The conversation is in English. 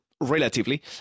relatively